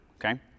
okay